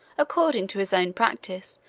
according to his own practice,